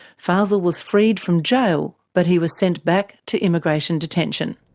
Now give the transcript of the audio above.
fazel was freed from jail, but he was sent back to immigration detention.